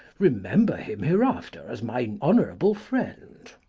remember him hereafter as my honourable friend.